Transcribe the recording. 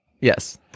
Yes